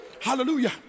Hallelujah